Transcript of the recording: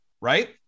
right